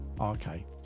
Okay